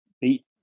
beat